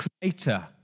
creator